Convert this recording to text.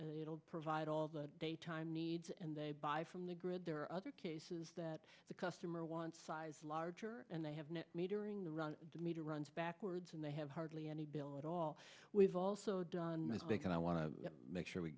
provide all the daytime needs and they buy from the grid there are other cases that the customer wants size larger and they have net metering the run demeter runs backwards and they have hardly any bill at all we've also done mistake and i want to make sure we